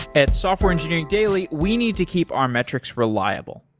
at software engineering daily, we need to keep our metrics reliable.